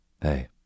Hey